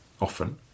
often